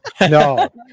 no